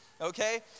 okay